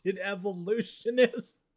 evolutionist